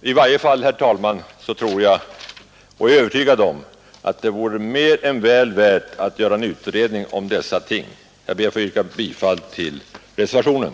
I varje fall, herr talman, är jag övertygad om att det vore mer än väl värt att göra en utredning om dessa ting. Jag ber att få yrka bifall till reservationen.